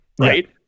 right